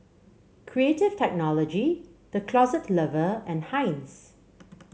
Creative Technology The Closet Lover and Heinz